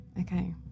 okay